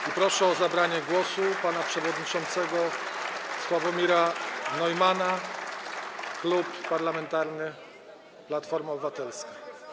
I proszę o zabranie głosu pana przewodniczącego Sławomira Neumanna, Klub Parlamentarny Platforma Obywatelska.